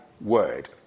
word